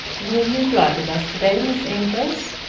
will you drive with us to-day, miss amedroz?